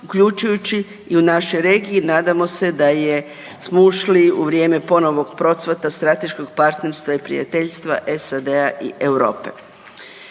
uključujući i u našoj regiji. Nadamo se da smo ušli u vrijeme ponovnog procvata strateškog partnerstva i prijateljstva SAD-a i Europe.